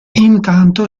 intanto